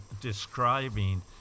describing